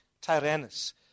Tyrannus